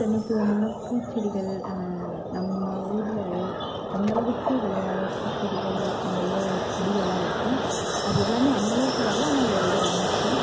தனித்துவமான பூச்செடிகள் நம்ம ஊரில் விளைய அந்த அளவுக்கு விளையாத பூச்செடிகள் நிறைய செடிகள்லாம் வச்சோம் அது எல்லாமே அந்த அளவுக்கு வரலை ஆனால் ஓரளவுக்கு வந்துச்சு